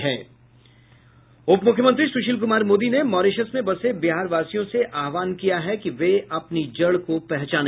उप मुख्यमंत्री सुशील कुमर मोदी ने मॉरीशस में बसे बिहारवासियों से आहवान किया है कि वे अपनी जड़ को पहचाने